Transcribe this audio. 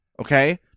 Okay